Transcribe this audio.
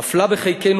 נפלה בחלקנו